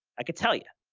i could tell you,